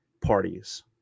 parties